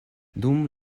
dum